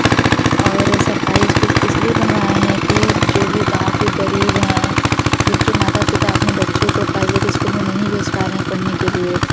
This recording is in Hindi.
और सरकारी स्कूल्स इसलिए बनवाए हैं कि जो भी गाँव के गरीब है जिनके माता पिता अपने बच्चों को प्राइवेट स्कूल में नहीं भेज पा रहे हैं पढ़ने के लिए